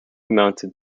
mounted